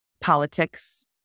politics